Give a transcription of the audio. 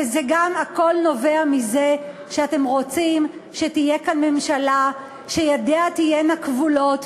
וזה גם הכול נובע מזה שאתם רוצים שתהיה כאן ממשלה שידיה תהיינה כבולות,